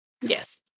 Yes